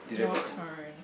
your turn